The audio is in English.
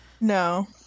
No